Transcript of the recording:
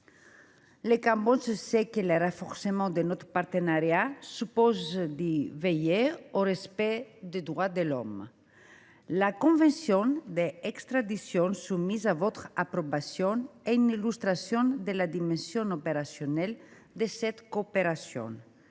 Le Cambodge sait que le renforcement de notre partenariat suppose de veiller au respect des droits de l’homme. La convention d’extradition soumise à votre approbation est une illustration de la dimension opérationnelle de cette coopération.